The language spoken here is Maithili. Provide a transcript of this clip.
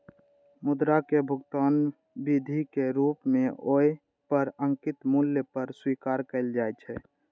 मुद्रा कें भुगतान विधिक रूप मे ओइ पर अंकित मूल्य पर स्वीकार कैल जाइ छै